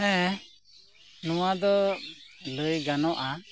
ᱦᱮᱸ ᱱᱚᱣᱟ ᱫᱚ ᱞᱟᱹᱭ ᱜᱟᱱᱚᱜᱼᱟ